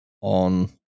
on